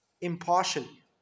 impartially